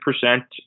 percent